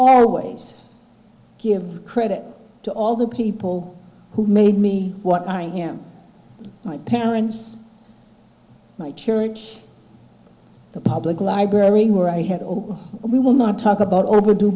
always give credit to all the people who made me what i am my parents my church the public library where i had all we will not talk about overd